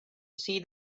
see